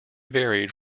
varied